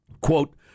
Quote